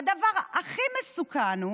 והדבר הכי מסוכן הוא